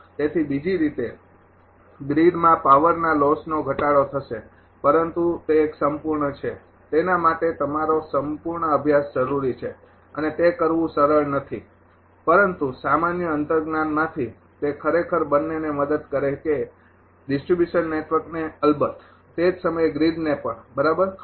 તેથી બીજી રીતે ગ્રીડમાં પાવરના લોસનો ઘટાડો થશે પરંતુ તે એક સંપૂર્ણ છે તેના માટે તમારો સંપૂર્ણ અભ્યાસ જરૂરી છે અને તે કરવું સરળ નથી પરંતુ સામાન્ય અંતર્જ્ઞાન માંથી તે ખરેખર બંનેને મદદ કરે છે ડિસ્ટ્રિબ્યુશન નેટવર્કને અલબત તે જ સમયે ગ્રીડને પણ બરાબર